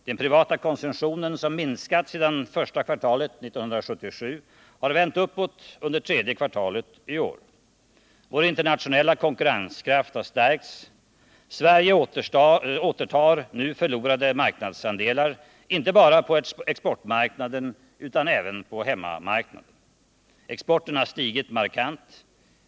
Den privata konsumtionen, som minskat sedan första kvartalet 1977, har vänt uppåt under tredje kvartalet i år. Vår internationella konkurrenskraft har stärkts. Sverige återtar nu förlorade marknadsandelar inte bara på exportmarknaden utan även på hemmamarknaden. Exporten har stigit markant.